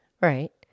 Right